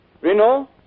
Reno